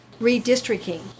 redistricting